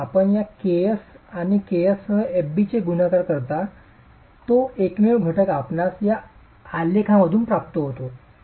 तर आपण या Ks आणि Ks सह fb चे गुणाकार करता तो एकमेव घटक आपणास या आलेखमधूनच प्राप्त होतो